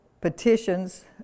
petitions